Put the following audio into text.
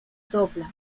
sopla